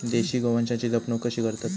देशी गोवंशाची जपणूक कशी करतत?